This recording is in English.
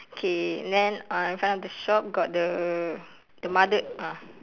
okay and then uh in front of the shop got the the mother ah